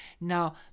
Now